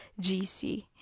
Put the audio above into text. GC